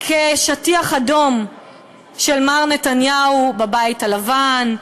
שטיח אדום של מר נתניהו בבית הלבן,